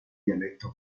dialetto